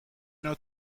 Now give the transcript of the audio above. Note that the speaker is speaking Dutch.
nou